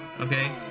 okay